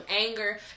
anger